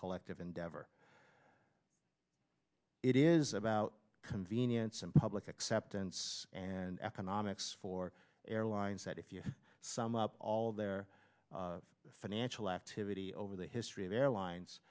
collective endeavor it is about convenience and public acceptance and economics for airlines that if you sum up all their financial activity over the history of the airlines